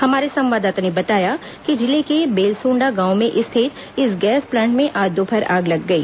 हमारे संवाददाता ने बताया कि जिले के बेलसोंडा गांव में स्थित इस गैस प्लांट में आज दोपहर आग लग गई